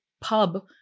pub